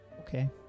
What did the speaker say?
Okay